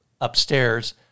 upstairs